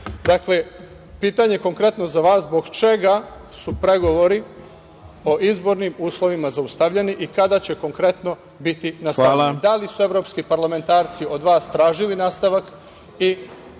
pitanje konkretno za vas – zbog čega su pregovori o izbornim uslovima zaustavljeni i kada će konkretno biti nastavljeni? Da li su evropski parlamentarci od vas tražili nastavak